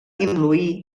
influí